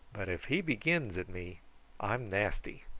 but if he begins at me i'm nasty.